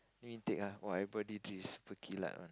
new intake ah everybody drill is super one